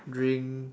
drink